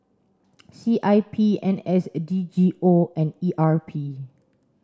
C I P N S a D G O and E R P